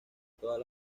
todas